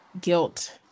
guilt